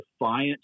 defiant